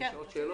יש עוד שאלות?